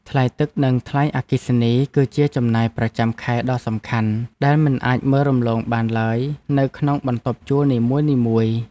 ថ្លៃទឹក និងថ្លៃអគ្គិសនីគឺជាចំណាយប្រចាំខែដ៏សំខាន់ដែលមិនអាចមើលរំលងបានឡើយនៅក្នុងបន្ទប់ជួលនីមួយៗ។